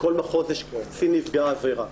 בכל מחוז יש קצין נפגע עבירה.